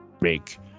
Make